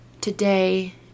today